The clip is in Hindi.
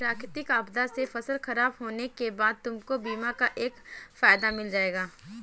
प्राकृतिक आपदा से फसल खराब होने के बाद तुमको बीमा का फायदा मिल जाएगा